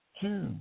Two